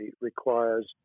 requires